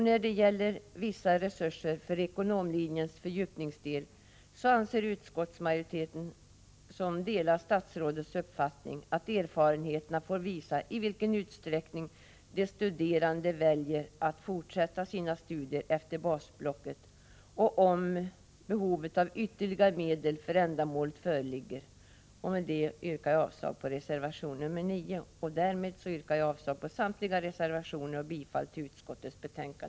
När det gäller vissa resurser för ekonomlinjens fördjupningsdel anser utskottsmajoriteten, som delar statsrådets uppfattning, att erfarenheterna får visa i vilken utsträckning de studerande väljer att fortsätta sina studier efter basblocket och om behovet av ytterligare medel för ändamålet föreligger. Med detta yrkar jag avslag på reservation nr 9. Därmed yrkar jag avslag på samtliga reservationer och bifall till utskottets hemställan.